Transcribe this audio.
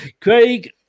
Craig